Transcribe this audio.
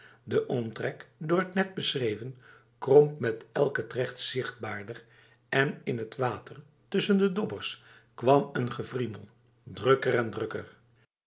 de omtrek door het net beschreven kromp met elke trek zichtbaarder en in het water tussen de dobbers kwam een gewriemel drukkeren drukker